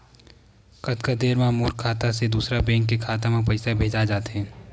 कतका देर मा मोर खाता से दूसरा बैंक के खाता मा पईसा भेजा जाथे?